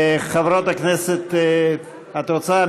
חברת הכנסת, את רוצה?